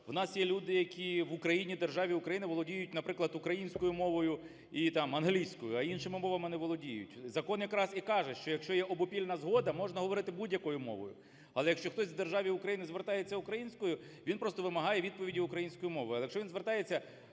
в нас є люди, які в Україні, державі Україна володіють, наприклад, українською мовою і, там, англійською, а іншими мовами не володіють. Закон якраз і каже, що якщо є обопільна згода, можна говорити будь-якою мовою. Але якщо хтось в державі Україна звертається українською, він просто вимагає відповіді українською мовою.